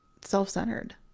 self-centered